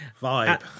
Vibe